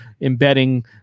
embedding